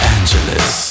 Angeles